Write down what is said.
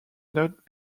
not